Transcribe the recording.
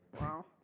Wow